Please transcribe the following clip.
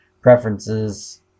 preferences